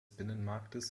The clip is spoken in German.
binnenmarktes